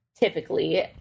typically